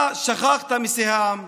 אתה שכחת מסיהאם,